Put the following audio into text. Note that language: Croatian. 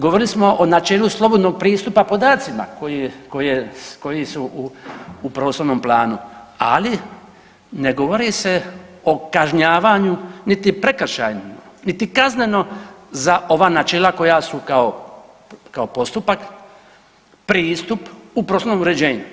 Govorili smo o načelu slobodnog pristupa podacima koji su u prostornom planu, ali ne govori se o kažnjavanju niti prekršajima, niti kazneno za ova načela koja su kao postupak, pristup u prostornom uređenju.